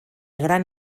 gran